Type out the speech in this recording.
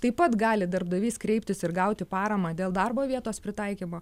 taip pat gali darbdavys kreiptis ir gauti paramą dėl darbo vietos pritaikymo